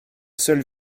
seule